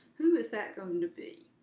who is that going to be?